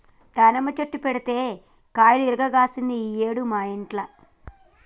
దానిమ్మ చెట్టు పెడితే కాయలు ఇరుగ కాశింది ఈ ఏడు మా ఇంట్ల